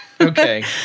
Okay